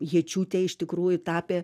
jėčiūtė iš tikrųjų tapė